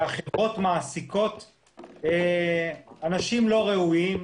שהחברות מעסיקות אנשים לא ראויים,